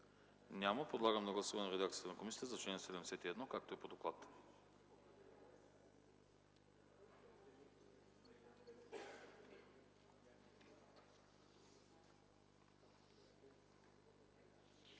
Няма. Подлагам на гласуване редакцията на комисията за чл. 98, както е по доклада.